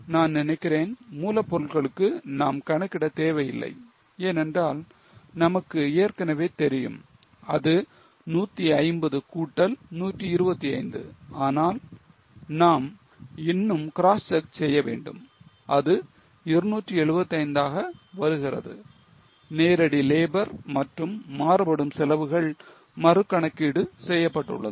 நான் நினைக்கிறேன் மூலப்பொருள்களுக்கு நாம் கணக்கிட தேவை இல்லை ஏனென்றால் நமக்கு ஏற்கனவே தெரியும் அது 150 கூட்டல் 125 ஆனால் நாம் இன்னும் cross check செய்ய வேண்டும் இது 275 ஆக வருகிறது நேரடி லேபர் மற்றும் மாறுபடும் செலவுகள் மறுகணக்கீடு செய்யப்பட்டுள்ளது